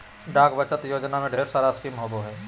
डाक बचत योजना में ढेर सारा स्कीम होबो हइ